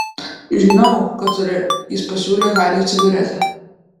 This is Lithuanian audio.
žinau kad turi jis pasiūlė hariui cigaretę